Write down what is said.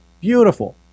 beautiful